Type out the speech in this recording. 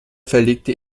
verlegte